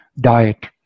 diet